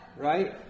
Right